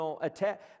attack